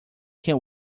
can